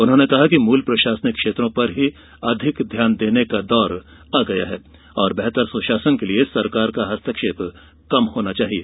उन्होंने कहा कि मूल प्रशासनिक क्षेत्रों पर ही अधिक ध्यान देने का दौर आ गया है और बेहतर सुशासन के लिए सरकार का हस्तक्षेप कम होना चाहिए